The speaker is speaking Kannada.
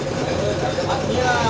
ಗೊಂಜಾಳದಾಗ ಯಾವ ತಳಿ ಛಲೋ ಐತ್ರಿ?